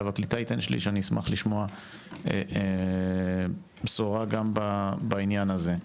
והקליטה ייתן 1/3. אני אשמח לשמוע בשורה גם בעניין הזה.